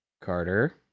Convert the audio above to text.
Carter